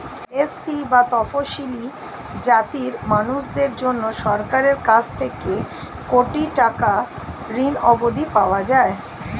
SC বা তফশিলী জাতির মানুষদের জন্যে সরকারের কাছ থেকে কোটি টাকার ঋণ অবধি পাওয়া যায়